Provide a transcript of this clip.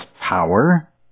power